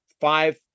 five